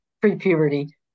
pre-puberty